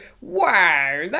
wow